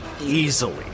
easily